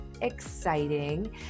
exciting